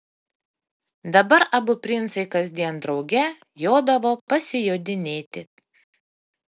dabar abu princai kasdien drauge jodavo pasijodinėti